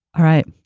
all right.